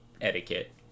etiquette